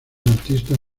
artistas